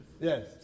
Yes